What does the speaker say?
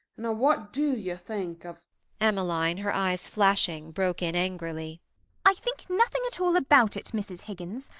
now what do you think of emmeline, her eyes flashing, broke in angrily i think nothing at all about it, mrs. higgins,